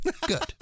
Good